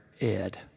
ed